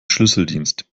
schlüsseldienst